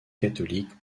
catholique